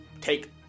Take